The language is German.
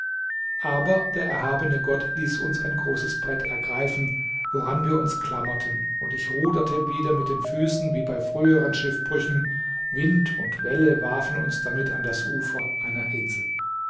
aber der erhabene gott ließ uns ein großes brett ergreifen woran wir uns klammerten und ich ruderte wieder mit den füßen wie bei früheren schiffbrüchen wind und welle warfen uns damit an das ufer einer insel